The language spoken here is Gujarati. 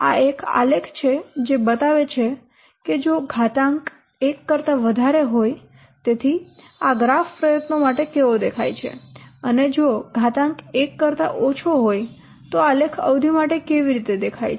આ એક આલેખ છે જે બતાવે છે કે જો ઘાતાંક 1 કરતા વધારે હોય તેથી આ ગ્રાફ પ્રયત્નો માટે કેવો દેખાય છે અને જો ઘાતાંક 1 કરતા ઓછો હોય તો આલેખ અવધિ માટે કેવી રીતે દેખાય છે